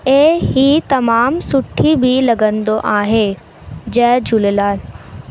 ऐं हीउ तमामु सुठी बि लॻंदो आहे जय झूलेलाल